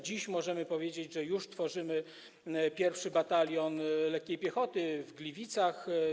Dziś możemy powiedzieć, że już tworzymy pierwszy batalion lekkiej piechoty w Gliwicach.